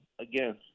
again